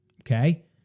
Okay